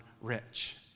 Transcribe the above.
rich